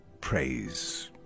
praise